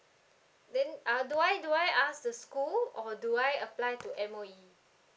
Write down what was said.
then uh do I do I ask the school or do I apply to M_O_E